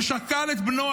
ששכל את בנו,